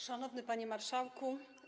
Szanowny Panie Marszałku!